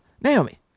Naomi